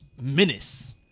menace